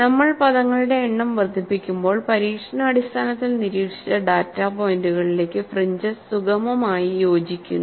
നമ്മൾ പദങ്ങളുടെ എണ്ണം വർദ്ധിപ്പിക്കുമ്പോൾ പരീക്ഷണാടിസ്ഥാനത്തിൽ നിരീക്ഷിച്ച ഡാറ്റാ പോയിന്റുകളിലേക്ക് ഫ്രിഞ്ചസ് സുഗമമായി യോജിക്കുന്നു